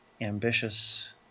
ambitious